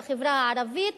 בחברה הערבית,